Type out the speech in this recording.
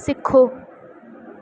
सिखो